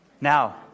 Now